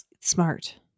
smart